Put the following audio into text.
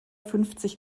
fünfzig